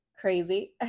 Crazy